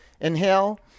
Inhale